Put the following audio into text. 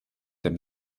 dem